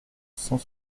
cent